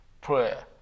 prayer